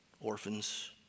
Orphans